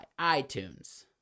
iTunes